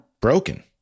broken